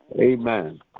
Amen